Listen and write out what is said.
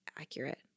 accurate